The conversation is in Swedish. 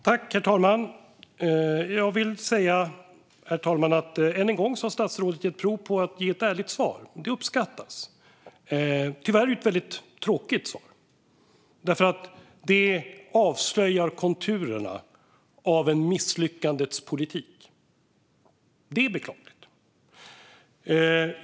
Herr talman! Jag vill säga att än en gång har statsrådet gett prov på att ge ett ärligt svar. Det uppskattas. Tyvärr är det ett väldigt tråkigt svar, för det avslöjar konturerna av en misslyckandets politik. Det är beklagligt.